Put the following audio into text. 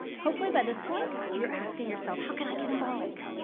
hopefully, by this point, you're asking yourself, how can i get involved?